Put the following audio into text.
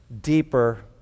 deeper